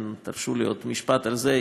תרשו לי עוד משפט על זה.